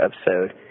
episode